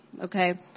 Okay